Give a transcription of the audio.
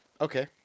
Okay